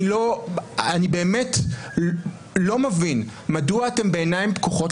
אני באמת לא מבין מדוע בעיניים פקוחות